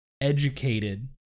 educated